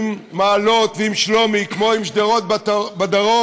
עם מעלות ועם שלומי, כמו עם שדרות בדרום,